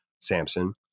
Samson